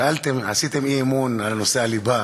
שאלתם, עשיתם אי-אמון על נושא הליבה,